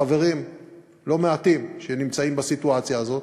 חברים לא מעטים שנמצאים בסיטואציה הזאת,